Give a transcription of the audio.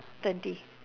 twenty